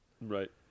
right